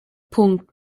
punkt